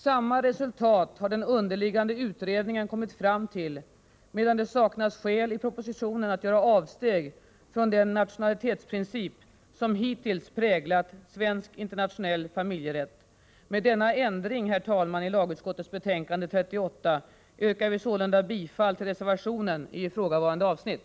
Samma resultat har den underliggande utredningen kommit fram till, medan det saknas skäl i propositionen att göra avsteg från den nationalitetsprincip som hittills präglat svensk internationell familjerätt. Med denna ändring, herr talman, i lagutskottets betänkande 38 yrkar jag sålunda bifall till reservationen i ifrågavarande avsnitt.